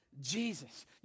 Jesus